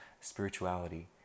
Spirituality